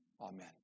amen